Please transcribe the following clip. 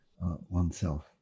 oneself